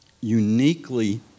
uniquely